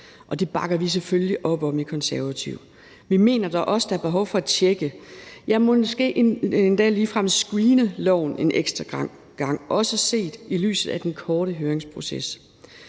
det bakker vi selvfølgelig op om i Konservative. Vi mener dog også, at der er behov for at tjekke, måske endda ligefrem screene loven en ekstra gang, også set i lyset af den korte høringsproces.